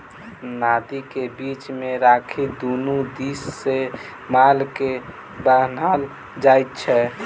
नादि के बीच मे राखि दुनू दिस सॅ माल के बान्हल जाइत छै